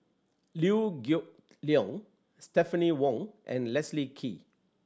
Liew Geok Leong Stephanie Wong and Leslie Kee